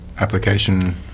application